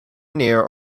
near